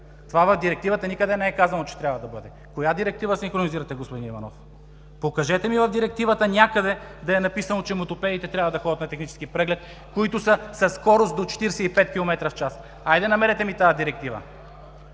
Това в Директивата никъде не е казано, че трябва да бъде. Коя Директива синхронизирате, господин Иванов? Покажете ми в Директивата някъде да е написано, че мотопедите трябва да ходят на технически преглед, които са със скорост до 45 километра в час. Хайде, намерете ми я тази Директива!